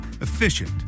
efficient